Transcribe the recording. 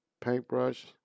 paintbrush